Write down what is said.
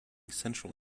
central